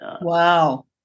wow